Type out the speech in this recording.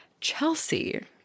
chelsea